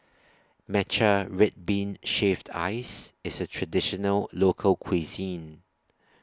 Matcha Red Bean Shaved Ice IS A Traditional Local Cuisine